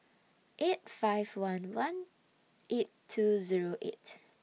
eight five one one eight two Zero eight